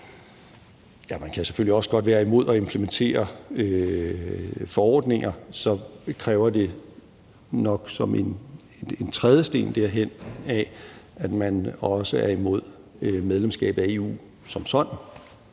man kan selvfølgelig også godt være imod at implementere forordninger, men så kræver det nok som en trædesten på vej derhen, at man også er imod medlemskabet af EU som sådan.